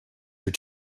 your